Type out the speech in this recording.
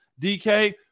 DK